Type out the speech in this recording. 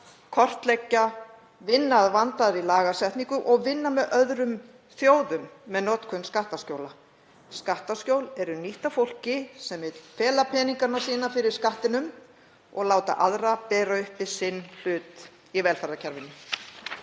kortleggja, vinna að vandaðri lagasetningu og vinna með öðrum þjóðum gegn notkun skattaskjóla. Skattaskjól eru nýtt af fólki sem vill fela peningana sína fyrir Skattinum og láta aðra bera uppi við sinn hlut í velferðarkerfinu.